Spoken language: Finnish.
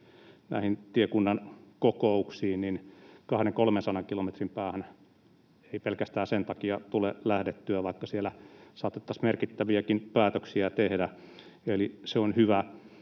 näihin tiekunnan kokouksiin 200—300 kilometrin päähän ei pelkästään sen takia tule lähdettyä, vaikka siellä saatettaisiin merkittäviäkin päätöksiä tehdä. Eli on hyvä,